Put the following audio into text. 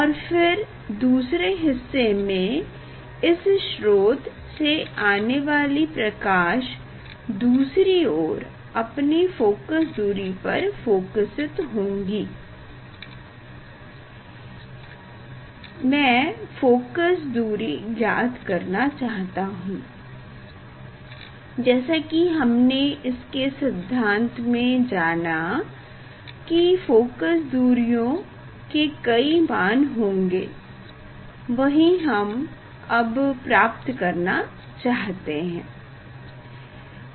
और फिर दूसरे हिस्से में इस स्रोत से आने वाली प्रकाश दूसरी ओर अपने फोकस दूरी पर फोकसित होगी में फोकस दूरी ज्ञात करना चाहता हूँ और जैसा कि हमने इसके सिद्धांत से जाना कि फोकस दूरीयों के कई मान होंगे वही हम अब प्राप्त करना चाहते हैं